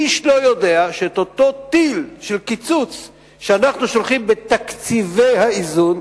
איש לא יודע שאת אותו טיל של קיצוץ שאנחנו שולחים בתקציבי האיזון,